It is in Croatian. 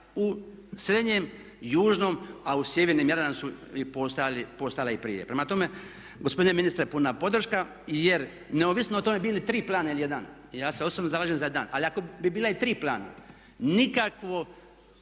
u srednjem, južnom a u sjevernom Jadranu su i postojala i prije. Prema tome, gospodine ministre puna podrška jer neovisno o tome bilo 3 plana ili 1, ja se osobno zalažem za 1, ali ako bi bila i 3 plana nikakvo,